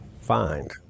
find